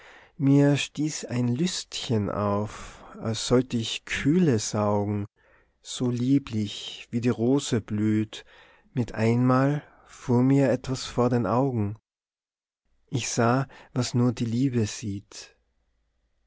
mir stieß ein lüftchen auf als sollt ich kühle saugen so lieblich wie die rose blüht mit einmal fuhr mir etwas von den augen ich sah was nur die liebe sieht